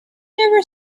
never